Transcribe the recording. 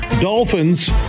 Dolphins